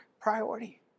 priority